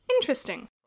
Interesting